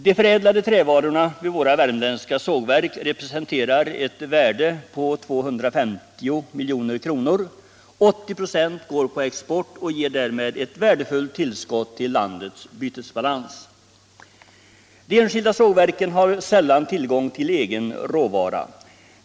De förädlade trävarorna vid våra värmländska sågverk representerar ett värde på 250 milj.kr. 80 ?6 går på export och ger därmed ett värdefullt tillskott till landets bytesbalans. De enskilda sågverken har sällan tillgång till egen råvara.